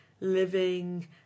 living